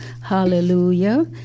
hallelujah